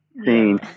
scene